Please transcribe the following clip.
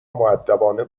مودبانه